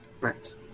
Right